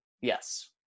Yes